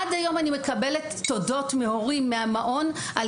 עד היום אני מקבלת תודות מהורים מהמעון על